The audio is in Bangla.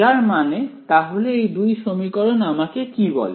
যার মানে তাহলে এই দুই সমীকরণ আমাকে কি বলে